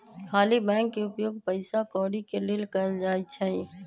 खाली बैंक के उपयोग पइसा कौरि के लेल कएल जाइ छइ